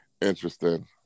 interesting